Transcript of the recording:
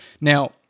Now